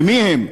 ומי הם?